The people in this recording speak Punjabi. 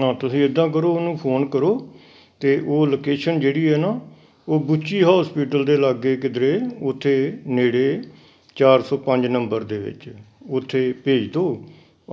ਹਾਂ ਤੁਸੀਂ ਇੱਦਾਂ ਕਰੋ ਉਹਨੂੰ ਫੋਨ ਕਰੋ ਅਤੇ ਉਹ ਲੋਕੇਸ਼ਨ ਜਿਹੜੀ ਹੈ ਨਾ ਉਹ ਗੁੱਚੀ ਹੋਸਪੀਟਲ ਦੇ ਲਾਗੇ ਕਿਧਰੇ ਉੱਥੇ ਨੇੜੇ ਚਾਰ ਸੌ ਪੰਜ ਨੰਬਰ ਦੇ ਵਿੱਚ ਉੱਥੇ ਭੇਜ ਦਿਉ